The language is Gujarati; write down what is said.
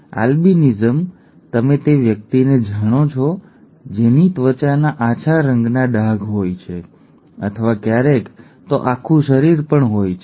આલ્બિનિઝમ તમે તે વ્યક્તિને જાણો છો જેની ત્વચાના આછા રંગના ડાઘ હોય છે અથવા ક્યારેક તો આખું શરીર પણ હોય છે